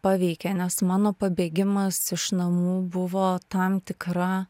paveikė nes mano pabėgimas iš namų buvo tam tikra